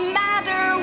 matter